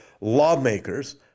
lawmakers